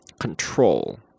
control